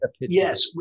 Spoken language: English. yes